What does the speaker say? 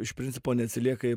iš principo neatsilieka